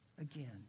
again